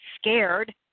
scared